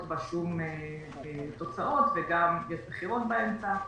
בה שום תוצאות וגם יש בחירות באמצע,